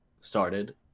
started